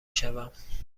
شوم